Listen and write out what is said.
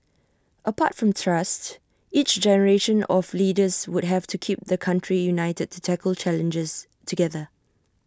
apart from trust each generation of leaders would have to keep the country united to tackle challenges together